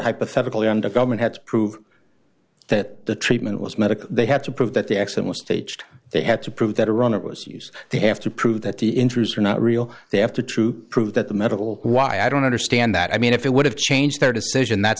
hypothetical under government had to prove that the treatment was medically they have to prove that the accident was staged they had to prove that a runner was used they have to prove that the injuries are not real they have to true prove that the medical why i don't understand that i mean if it would have changed their decision that